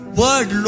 word